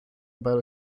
about